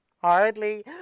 hardly